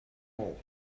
all